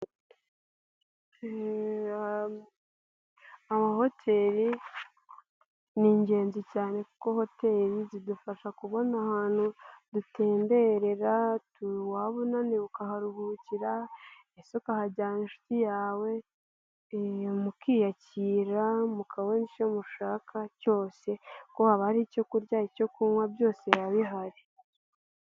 Amahoteli, ni ingenzi cyane kuko hoteli zidufasha kubona ahantu dutemberera, waba unaniwe ukaharuhukira, ese ukahajyana inshuti yawe, mukiyakira mukabona icyo mushaka cyose kkuko habaye hari icyo kurya, icyo kunywa, byose biba bihari.